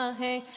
hey